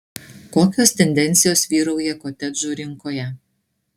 kokios tendencijos vyrauja kotedžų rinkoje